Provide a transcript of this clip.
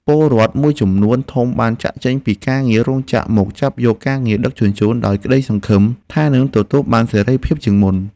ពលរដ្ឋមួយចំនួនធំបានចាកចេញពីការងាររោងចក្រមកចាប់យកការងារដឹកជញ្ជូនដោយសង្ឃឹមថានឹងទទួលបានសេរីភាពជាងមុន។